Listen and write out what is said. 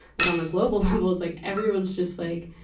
like on a global level, like everyone's just like,